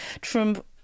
Trump